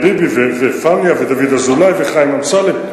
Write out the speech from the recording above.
אריה ביבי ופניה ודוד אזולאי וחיים אמסלם,